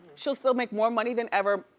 she'll still make more money than ever,